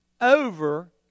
over